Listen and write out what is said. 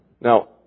Now